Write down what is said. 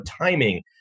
timing